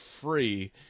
free